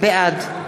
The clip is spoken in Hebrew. בעד יואל